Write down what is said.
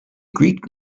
greek